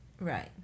Right